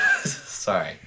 Sorry